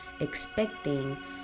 expecting